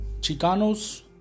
Chicanos